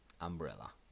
Umbrella